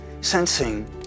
sensing